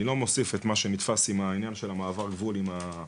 אני לא מוסיף את מה שנתפס עם העניין של המעבר גבול עם הדיפלומט.